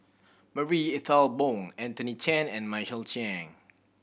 Marie Ethel Bong Anthony Chen and Michael Chiang